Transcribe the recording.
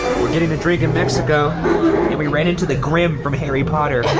we're getting a drink in mexico we ran into the grim from harry potter.